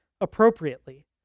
appropriately